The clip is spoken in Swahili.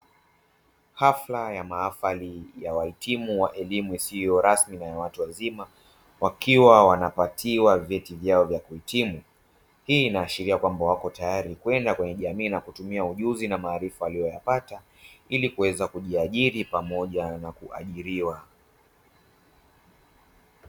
Hafla ya mahafali ya wahitimu wa elimu isio rasmi ya watu wazima, wakiwa wanapatiwa vyeti vyao vya kuhitimu. Hii inaashiria wakotayari kwenda kwenye jamii na kutumia ujuzi na maarifa walioyapata, ili kuweza kujiajiri pamoja na kuajiliwa.